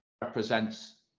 represents